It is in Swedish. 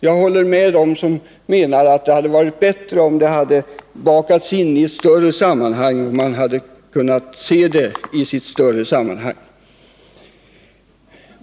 Jag håller med dem som anser att det hade varit bättre om det hade bakats in i ett större sammanhang, så att man hade kunnat se det som en del i en större enhet.